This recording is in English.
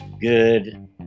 good